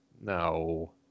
no